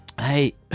hey